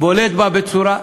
בולט בהן בצורה,